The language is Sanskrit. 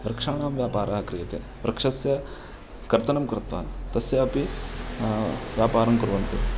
वृक्षाणां व्यापारः क्रियते वृक्षस्य कर्तनं कृत्वा तस्यापि व्यापारं कुर्वन्ति